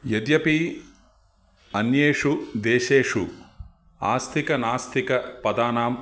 यद्यपि अन्येषु देशेषु आस्तिकनास्तिकपदानाम्